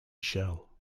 shell